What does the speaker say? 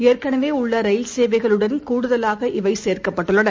ஏற்கனவேஉள்ளரயில் சேவைகளுடன் கூடுதலாக இவை சேர்க்கப்பட்டுள்ளன